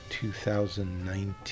2019